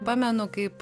pamenu kaip